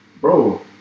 Bro